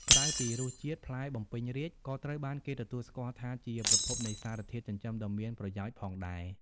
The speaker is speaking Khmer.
ក្រៅពីរសជាតិ ផ្លែបំពេញរាជ្យក៏ត្រូវបានគេទទួលស្គាល់ថាជាប្រភពនៃសារធាតុចិញ្ចឹមដ៏មានប្រយោជន៍ផងដែរ។